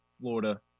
florida